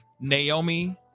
naomi